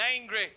angry